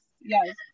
yes